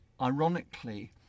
ironically